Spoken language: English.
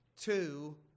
two